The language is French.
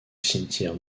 cimetière